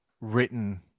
written